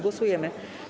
Głosujemy.